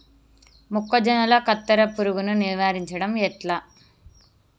మొక్కజొన్నల కత్తెర పురుగుని నివారించడం ఎట్లా?